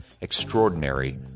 extraordinary